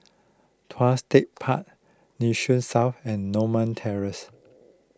Tuas Tech Park Nee Soon South and Norma Terrace